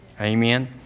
Amen